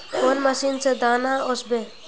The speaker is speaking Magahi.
कौन मशीन से दाना ओसबे?